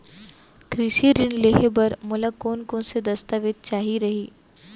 कृषि ऋण लेहे बर मोला कोन कोन स दस्तावेज चाही रही?